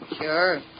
Sure